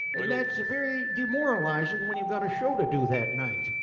and that's a very demoralizing when you've got a show to do that night.